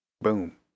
Boom